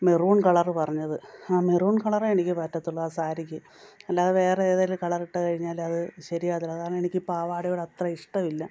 maroon colour പറഞ്ഞത് ആ maroon colour എനിക്ക് പറ്റത്തുള്ളൂ ആ സാരിക്ക് അല്ലാതെ വേറേതെങ്കിലും കളറിട്ടു കഴിഞ്ഞാൽ അതു ശരിയാകത്തില്ല കാരണം എനിക്ക് പാവാടയോട് അത്ര ഇഷ്ടമില്ല